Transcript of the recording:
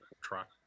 truck